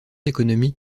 économique